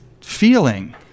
feeling